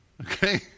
Okay